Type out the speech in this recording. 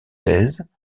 thèse